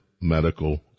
medical